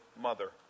mother